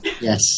Yes